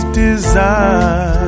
design